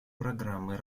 программы